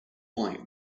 white